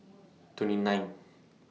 twenty nine